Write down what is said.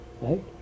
Right